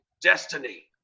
destiny